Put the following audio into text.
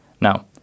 Now